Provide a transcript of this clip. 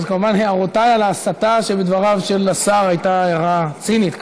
אז כמובן הערתי על ההסתה שבדבריו של השר הייתה הערה צינית,